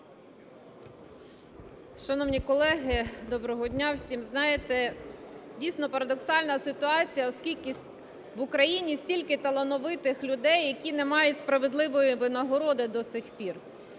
Шановні колеги, доброго дня всім! Знаєте, дійсно, парадоксальна ситуація, оскільки в Україні стільки талановитих людей, які не мають справедливої винагороди до цих пір.